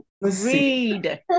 read